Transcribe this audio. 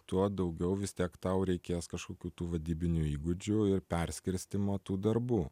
tuo daugiau vis tiek tau reikės kažkokių tų vadybinių įgūdžių ir perskirstymo tų darbų